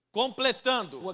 completando